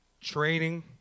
training